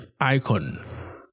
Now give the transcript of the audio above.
icon